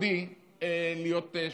כיהודי הוא לא היה יכול להיות שופט,